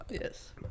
Yes